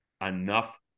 enough